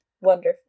Wonderful